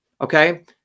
okay